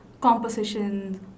composition